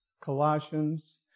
Colossians